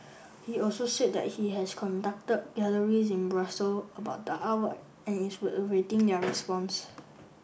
he also said he has contacted galleries in Brussels about the artwork and is awaiting their response